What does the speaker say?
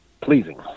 pleasing